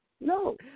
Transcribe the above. No